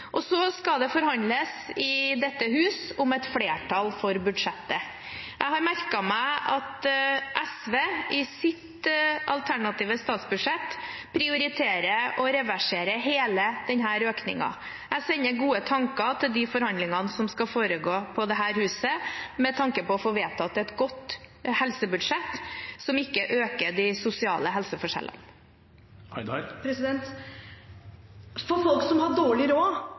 Så skal det forhandles i dette huset for å få et flertall for budsjettet. Jeg har merket meg at SV i sitt alternative statsbudsjett prioriterer å reversere hele denne økningen. Jeg sender gode tanker til de forhandlingene som skal foregå i dette huset, med tanke på å få vedtatt et godt helsebudsjett som ikke øker de sosiale helseforskjellene. For folk som har dårlig råd